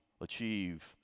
achieve